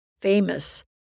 famous